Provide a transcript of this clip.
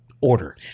order